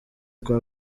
kwa